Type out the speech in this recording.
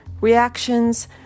reactions